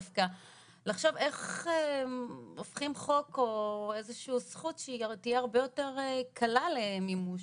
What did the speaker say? לחשוב איך הופכים חוק או זכות שתהיה הרבה יותר קלה למימוש.